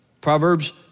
Proverbs